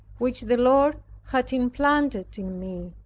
which the lord had implanted in me.